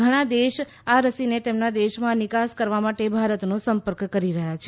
ઘણા દેશ આ રસીને તેમના દેશમાં નિકાસ માટે ભારતનો સંપર્ક કરી રહ્યા છે